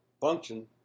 function